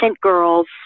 girls